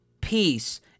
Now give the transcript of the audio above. peace